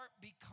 becomes